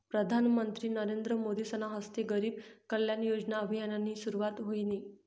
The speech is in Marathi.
प्रधानमंत्री नरेंद्र मोदीसना हस्ते गरीब कल्याण योजना अभियाननी सुरुवात व्हयनी